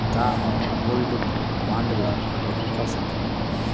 का हम gold bond ला आवेदन कर सकली ह?